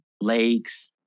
lakes